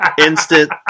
Instant